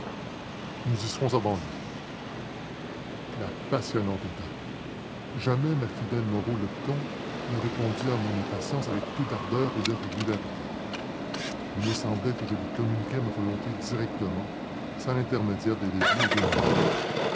nous y serons avant lui la passionnante étape jamais ma fidèle moreau lepton ne répondit à mon impatience avec plus d'ardeur et de régularité il me semblait que je lui communiquais ma volonté directement sans l'intermédiaire des leviers et des manettes